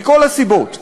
מכל הסיבות,